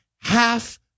half